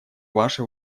ваше